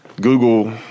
Google